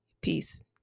Peace